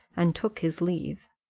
and took his leave.